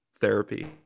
Therapy